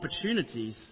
opportunities